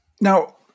Now